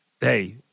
hey